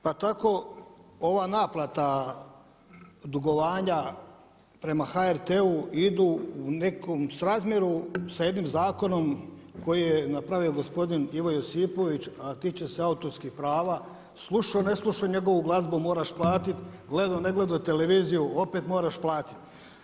Pa tako ova naplata dugovanja prema HRT-u idu u nekom srazmjeru sa jednim zakonom koji je napravio gospodin Ivo Josipović, a tiče se autorskih prava, slušao ne slušao njegovu glazbu moraš platit, gledo ne gledo televiziju opet moraš platiti.